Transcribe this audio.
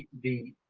the